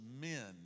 men